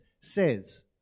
says